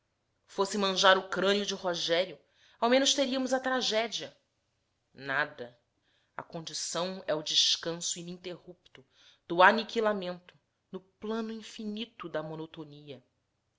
fosse manjar o crânio de rogério ao menos teríamos a tragédia nada a condição é o descanso ininterrupto do aniquilamento no plano infinito da monotonia